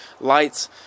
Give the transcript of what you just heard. lights